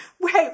Wait